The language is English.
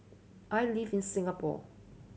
I live in Singapore